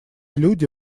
люди